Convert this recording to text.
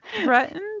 threatened